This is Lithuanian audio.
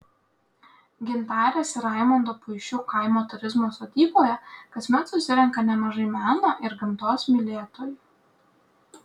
gintarės ir raimondo puišių kaimo turizmo sodyboje kasmet susirenka nemažai meno ir gamtos mylėtojų